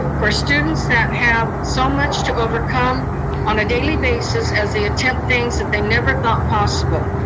for students that have so much to overcome on a daily basis as they attempt things that they never thought possible.